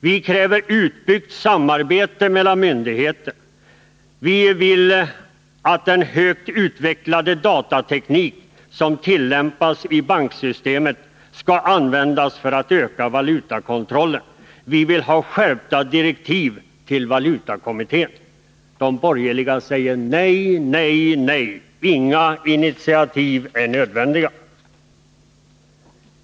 Vi kräver utbyggt samarbete mellan myndigheter, och vi vill att den högt utvecklade datateknik som tillämpas i banksystemet skall användas för förbättring av valutakontrollen. Vi vill ha skärpta direktiv till valutakommittén. De borgerliga säger nej, nej, nej. Inga initiativ är nödvändiga.